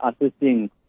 assisting